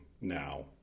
now